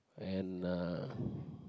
and uh